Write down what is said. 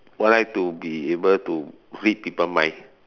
would like to be able to read people mind